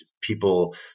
people